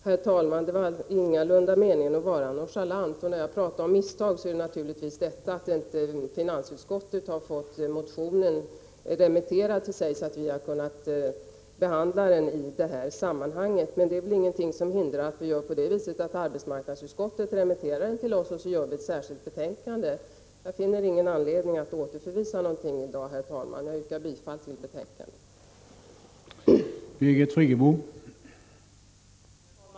Herr talman! Det var ingalunda meningen att vara nonchalant. När jag talar om misstag menar jag att finansutskottet inte har fått motionen remitterad så att vi har kunnat behandla den i detta sammanhang. Det är ingenting som hindrar att arbetsmarknadsutskottet remitterar motionen till finansutskottet och att vi gör ett särskilt betänkande. Herr talman! Jag finner ingen anledning att återförvisa ärendet i dag. Jag yrkar bifall till utskottets hemställan.